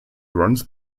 runs